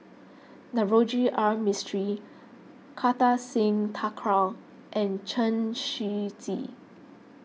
Navroji R Mistri Kartar Singh Thakral and Chen Shiji